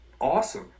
awesome